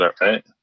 right